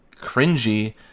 cringy